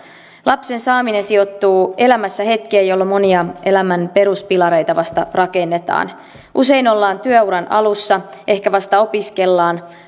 lapsen saaminen sijoittuu elämässä hetkeen jolloin monia elämän peruspilareita vasta rakennetaan usein ollaan työuran alussa ehkä vasta opiskellaan